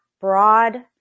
broad